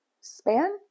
span